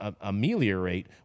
ameliorate